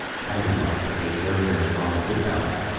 i wouldn't like to face your journey home at this hour.